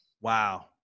Wow